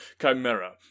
chimera